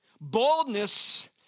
boldness